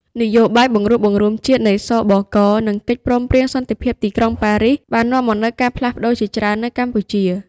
នយោបាយបង្រួបបង្រួមជាតិនៃ ស.ប.ក. និងកិច្ចព្រមព្រៀងសន្តិភាពទីក្រុងប៉ារីស បាននាំមកនូវការផ្លាស់ប្តូរជាច្រើននៅកម្ពុជា។